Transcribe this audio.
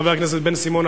חבר הכנסת בן-סימון,